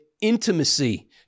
intimacy